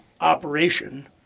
operation